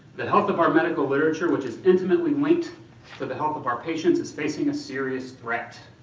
the health of our medical literature which is intimately linked to the health of our patients is facing a serious threat.